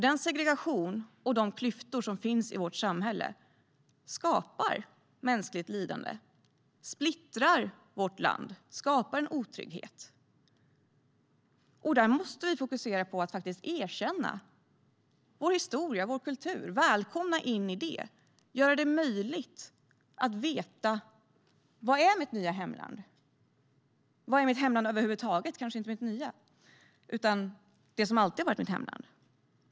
Den segregation och de klyftor som finns i vårt samhälle skapar nämligen mänskligt lidande, splittrar vårt land och skapar en otrygghet. Vi måste fokusera på att faktiskt erkänna vår historia och vår kultur, välkomna andra in och göra det möjligt för dem att veta vad som är det nya hemlandet. Vad är mitt hemland över huvud taget? Det kanske inte är mitt nya, utan det som alltid har varit mitt hemland.